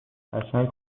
قشنگ